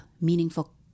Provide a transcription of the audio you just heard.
meaningful